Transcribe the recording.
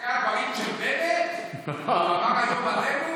אחרי הדברים של בנט, שהוא אמר עלינו היום?